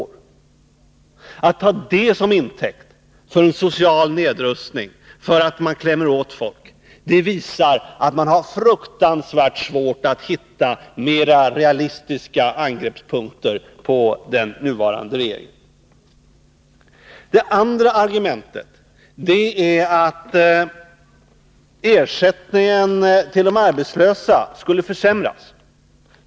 När socialdemokraterna tar det till intäkt för påståendet att det sker en social nedrustning och att man klämmer åt folk, visar det att de har fruktansvärt svårt att hitta mera realistiska angreppspunkter i sin kritik av den nuvarande regeringen. Ett annat socialdemokratiskt argument är att ersättningen till de arbetslösa skulle försämras.